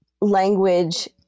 language